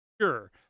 Sure